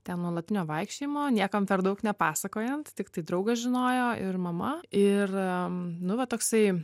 ten nuolatinio vaikščiojimo niekam per daug nepasakojant tiktai draugas žinojo ir mama ir nu va toksai